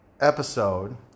episode